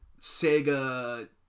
Sega